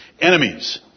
enemies